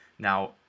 Now